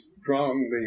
strongly